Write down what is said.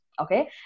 Okay